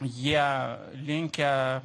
jie linkę